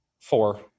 Four